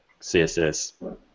CSS